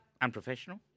Unprofessional